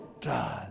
done